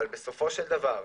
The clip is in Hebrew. אבל בסופו של דבר,